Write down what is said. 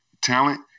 Talent